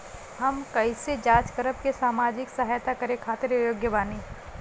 हम कइसे जांच करब की सामाजिक सहायता करे खातिर योग्य बानी?